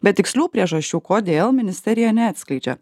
bet tikslių priežasčių kodėl ministerija neatskleidžia